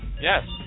yes